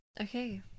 okay